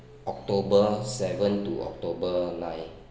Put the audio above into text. october seventh to october ninth